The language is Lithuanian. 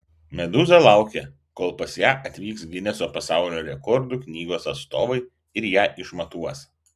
medūza laukia kol pas ją atvyks gineso pasaulio rekordų knygos atstovai ir ją išmatuos